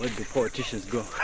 politicians go?